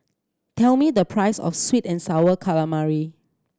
tell me the price of sweet and Sour Calamari